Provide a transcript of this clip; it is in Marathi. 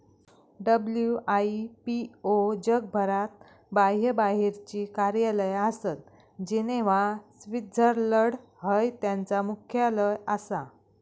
डब्ल्यू.आई.पी.ओ जगभरात बाह्यबाहेरची कार्यालया आसत, जिनेव्हा, स्वित्झर्लंड हय त्यांचा मुख्यालय आसा